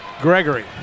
Gregory